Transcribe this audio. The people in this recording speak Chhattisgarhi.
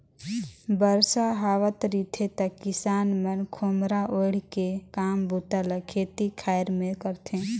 बरसा हावत रिथे त किसान मन खोम्हरा ओएढ़ के काम बूता ल खेती खाएर मे करथे